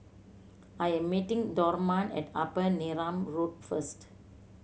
I am meeting Dorman at Upper Neram Road first